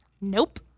Nope